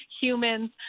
humans